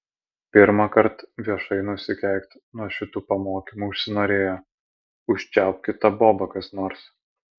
pirmąkart viešai nusikeikt nuo šitų pamokymų užsinorėjo užčiaupkit tą bobą kas nors